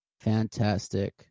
fantastic